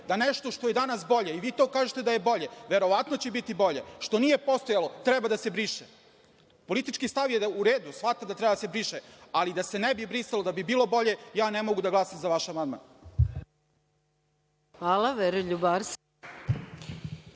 da nešto što je danas bolje, i vi kažete da je bolje, verovatno će biti bolje, što nije postojalo, treba da se briše? Politički stav je u redu, shvatam da treba da se briše, ali, da se ne bi brisalo, da bi bilo bolje, ja ne mogu da glasam za vaš amandman. **Maja